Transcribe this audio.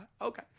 Okay